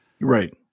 Right